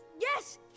Yes